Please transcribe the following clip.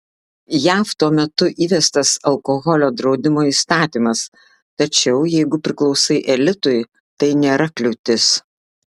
jav tuo metu įvestas alkoholio draudimo įstatymas tačiau jeigu priklausai elitui tai nėra kliūtis